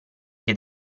che